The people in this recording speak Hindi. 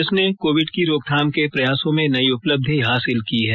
देश ने कोविड की रोकथाम के प्रयासों में नई उपलब्धि हासिल की है